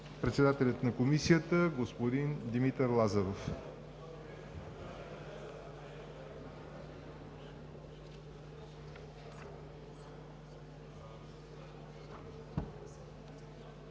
председателят на Комисията господин Димитър Лазаров.